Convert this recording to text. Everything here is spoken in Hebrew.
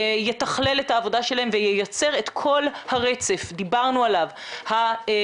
יתכלל את העבודה שלהם וייצר את כל הרצף ודיברנו עליו - ההסברה,